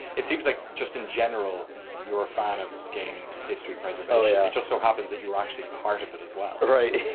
it seems like just in general you're a fan of games history preservation. it yeah just so happens that you were actually part of it as well. right.